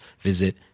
visit